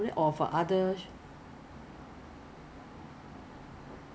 有 self pick up 的吗有 some some like if it's nearby ah 我可以自己去 self pick up